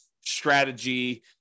strategy